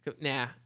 nah